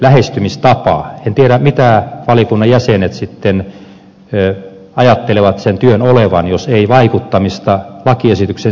en tiedä mitä valiokunnan jäsenet sitten ajattelevat sen työn olevan jos ei vaikuttamista lakiesityksen sisältöön